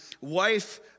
wife